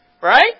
Right